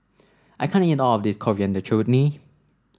I can't eat all of this Coriander Chutney